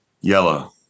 Yellow